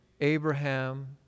Abraham